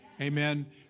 Amen